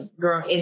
girl